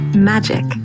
Magic